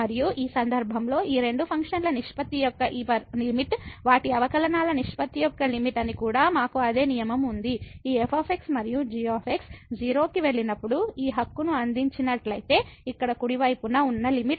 మరియు ఈ సందర్భంలో ఈ రెండు ఫంక్షన్ల నిష్పత్తి యొక్క ఈ లిమిట్ వాటి అవకలనాల నిష్పత్తి యొక్క లిమిట్ అని కూడా మాకు అదే నియమం ఉంది ఈ f మరియు g 0 కి వెళ్ళినప్పుడు ఈ హక్కును అందించినట్లయితే ఇక్కడ కుడి వైపున ఉన్న లిమిట్ ఇది